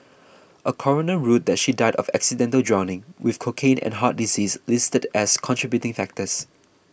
a coroner ruled that she died of accidental drowning with cocaine and heart disease listed as contributing factors